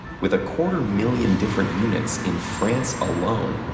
with a quarter million different units in france alone,